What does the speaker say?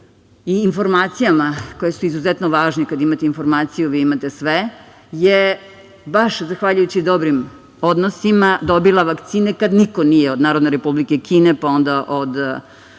i informacijama koje su izuzetno važne, kad imate informaciju vi imate sve, je baš zahvaljujući dobrim odnosima dobila vakcine kad niko nije, od Narodne Republike Kine, od Ruske